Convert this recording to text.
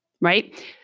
Right